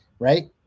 right